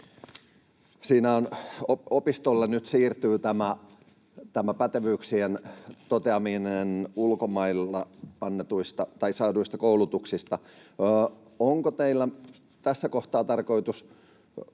opistolle nyt siirtyy tämä pätevyyksien toteaminen ulkomailla saaduista koulutuksista. Onko teillä tässä kohtaa tarkoitus